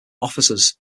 officers